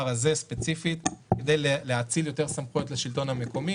הזה ספציפית כדי להאציל יותר סמכויות לשלטון המקומי.